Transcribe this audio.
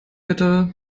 bitte